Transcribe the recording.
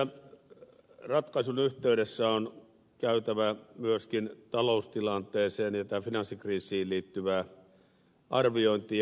tämän ratkaisun yhteydessä on käytävä myöskin tähän taloustilanteeseen ja finanssikriisiin liittyvää arviointia